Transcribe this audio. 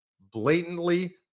Blatantly